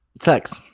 sex